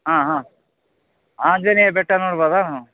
ಹಾಂ ಹಾಂ ಆಂಜನೇಯ ಬೆಟ್ಟ ನೋಡ್ಬೌದಾ ನಾವು